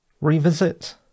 revisit